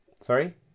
Sorry